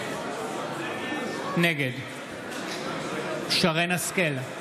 נגד שרן מרים השכל,